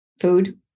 Food